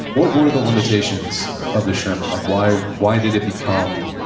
what were the limitations of the sherman? like why why did it become,